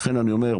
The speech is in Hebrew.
לכן אני אומר,